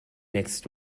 next